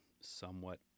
somewhat